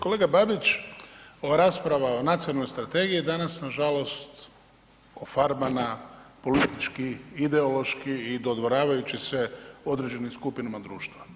Kolega Babić o raspravama nacionalne strategije danas nažalost ofarbana politički, ideološki i dodvoravajući se određenim skupinama društva.